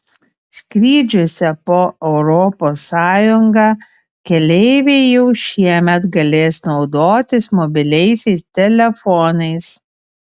skrydžiuose po europos sąjungą keleiviai jau šiemet galės naudotis mobiliaisiais telefonais